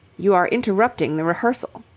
you are interrupting the rehearsal.